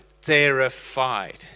terrified